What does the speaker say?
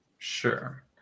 Sure